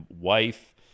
wife